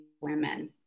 women